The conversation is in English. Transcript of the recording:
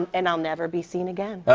and i'll never be seen again.